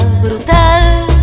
Brutal